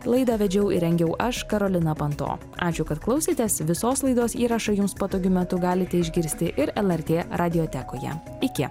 laidą vedžiau ir rengiau aš karolina panto ačiū kad klausėtės visos laidos įrašą jums patogiu metu galite išgirsti ir lrt radiotekoje iki